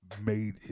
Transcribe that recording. made